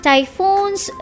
Typhoons